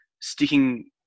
sticking